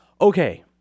Okay